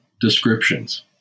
descriptions